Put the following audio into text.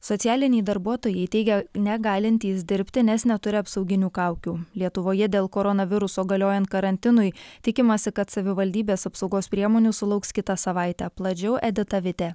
socialiniai darbuotojai teigia negalintys dirbti nes neturi apsauginių kaukių lietuvoje dėl koronaviruso galiojant karantinui tikimasi kad savivaldybės apsaugos priemonių sulauks kitą savaitę plačiau edita vitė